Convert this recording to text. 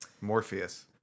Morpheus